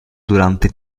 durante